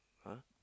!huh!